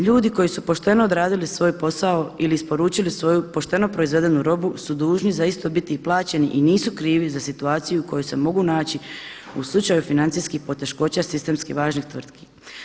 Ljudi koji su pošteno odradili svoj posao ili isporučili svoju pošteno proizvedenu robu su dužni za istu biti i plaćeni i nisu krivi za situaciju u kojoj se mogu naći u slučaju financijskih poteškoća sistemski važnih tvrtki.